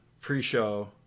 pre-show